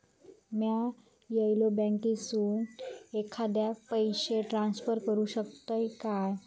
म्या येगल्या बँकेसून एखाद्याक पयशे ट्रान्सफर करू शकतय काय?